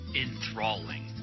enthralling